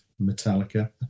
Metallica